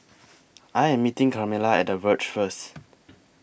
I Am meeting Carmella At The Verge First